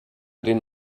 den